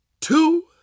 two